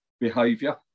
behaviour